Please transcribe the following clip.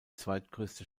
zweitgrößte